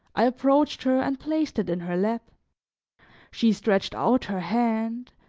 i approached her and placed it in her lap she stretched out her hand,